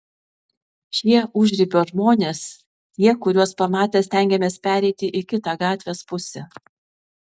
šie užribio žmonės tie kuriuos pamatę stengiamės pereiti į kitą gatvės pusę